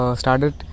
started